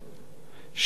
16 נשים